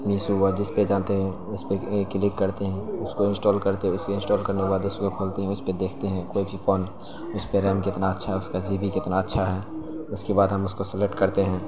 میسو ہوا جس پہ جاتے ہیں اس پہ کلک کرتے ہیں اس کو انسٹال کرتے اسے انسٹال کرنے کے بعد اس کو کھولتے ہیں اس پہ دیکھتے ہیں کوئی بھی فون اس پہ ریم کتنا اچھا ہے اس کا زی بی کتنا اچھا ہے اس کے بعد ہم اس کو سیلیکٹ کرتے ہیں